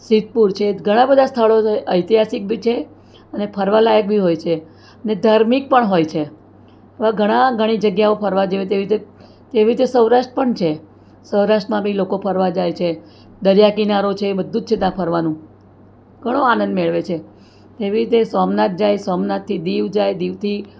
સિદ્ધપુર છે ઘણાં બધાં સ્થળો છે ઐતિહાસિક બી છે અને ફરવાલાયક બી હોય છે અને ધાર્મિક પણ હોય છે આ ઘણાં ઘણી જગ્યાઓ ફરવા જેવી છે તેવી રીતે તેવી રીતે સૌરાષ્ટ્ર પણ છે સૌરાષ્ટ્રમાં બી લોકો ફરવા જાય છે દરિયાકિનારો છે બધું જ છે ત્યાં ફરવાનું ઘણો આનંદ મેળવે છે એવી રીતે સોમનાથ જાય સોમનાથથી દીવ જાય દિવથી